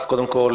קודם כול,